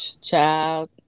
Child